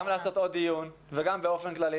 גם לעשות עוד דיון וגם באופן כללי,